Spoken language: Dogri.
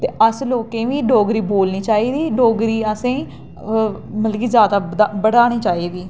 ते अस लोकें ई बी डोगरी बोलनी चाहिदी डोगरी असें ई मतलब कि जैदा बधानी चाहिदी